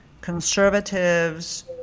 conservatives